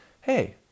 hey